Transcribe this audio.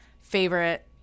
favorite